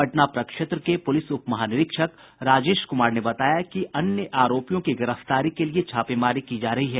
पटना प्रक्षेत्र के पुलिस उपमहानिरीक्षक राजेश कुमार ने बताया कि अन्य आरोपियों की गिरफ्तारी के लिए छापेमारी की जा रही है